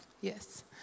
Yes